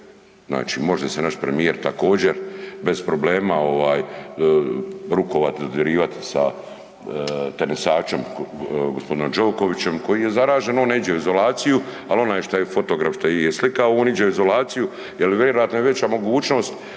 znači može se naš premijer također bez problema ovaj rukovat, dodirivati sa tenisačem g. Đokovićem koji je zaražen, on ne iđe u izolaciju, al onaj šta je fotograf, što ih je slikao, on iđe u izolaciju jel vjerojatno je veća mogućnost